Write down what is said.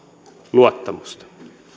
luottamusta